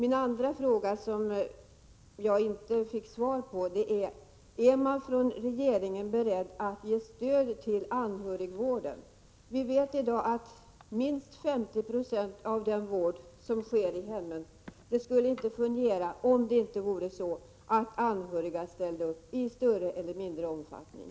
Jag fick inte heller svar på min andra fråga: Är regeringen beredd att ge stöd till anhörigvården? Vi vet att över 50 96 av den vård som sker i hemmen inte skulle fungera om inte de anhöriga ställde upp i större eller mindre omfattning.